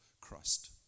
Christ